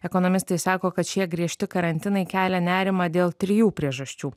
ekonomistai sako kad šie griežti karantinai kelia nerimą dėl trijų priežasčių